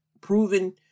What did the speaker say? proven